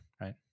right